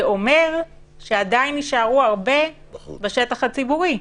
זה אומר שעדיין יישארו הרבה בשטח הציבורי.